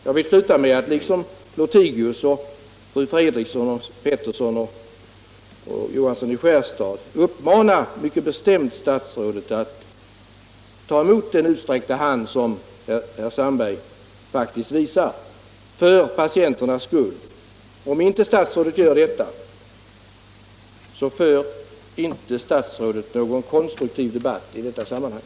Jag vill sluta med att liksom herr Lothigius, fru Fredrikson, herr Petersson i Röstånga och herr Johansson i Skärstad mycket bestämt uppmana statsrådet att ta emot herr Sandbergs utsträckta hand för patienternas skull. Om inte statsrådet gör detta så för inte statsrådet någon konstruktiv debatt i detta sammanhang.